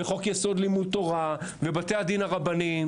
וחוק יסוד לימוד תורה ובתי הדין הרבניים